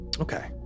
Okay